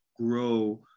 grow